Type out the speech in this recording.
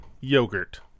Yogurt